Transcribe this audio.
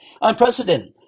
Unprecedented